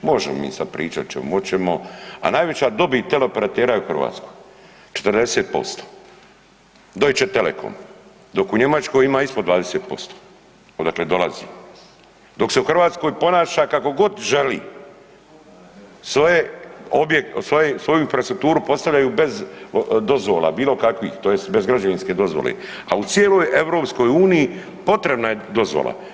Možemo mi sad pričat o čemu oćemo, a najveća dobit teleoperatera je u Hrvatskoj 40% Deutsche Telekom dok u Njemačkoj ima ispod 20%, odakle dolazi dok se u Hrvatskoj ponaša kako god želi, svoje objekte, svoju …/nerazumljivo/… postavljaju bez dozvola bilo kakvih tj. bez građevinske dozvole, a u cijeloj EU potrebna je dozvola.